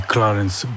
Clarence